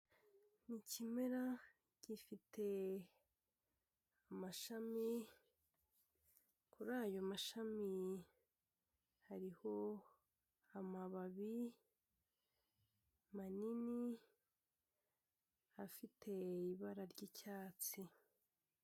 Ni ikimera gifite amashami kuri ayo mashami hariho amababi manini afite ibara ry'icyatsi.